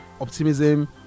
optimism